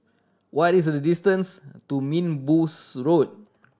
what is the distance to Minbus Road